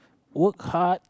work hard